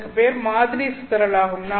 அதற்குப் பெயர் மாதிரி சிதறல் ஆகும்